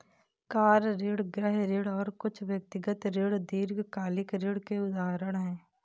car ऋण, गृह ऋण और कुछ व्यक्तिगत ऋण दीर्घकालिक ऋण के उदाहरण हैं